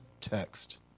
text